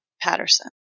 Patterson